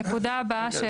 כן.